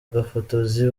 gafotozi